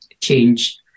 change